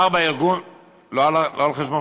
4. ארגון, לא על חשבונך?